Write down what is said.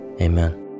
Amen